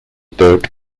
byrd